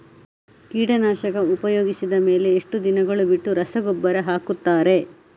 ಕೀಟನಾಶಕ ಉಪಯೋಗಿಸಿದ ಮೇಲೆ ಎಷ್ಟು ದಿನಗಳು ಬಿಟ್ಟು ರಸಗೊಬ್ಬರ ಹಾಕುತ್ತಾರೆ?